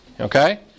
Okay